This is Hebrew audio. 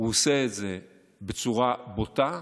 הוא עושה את זה בצורה בוטה,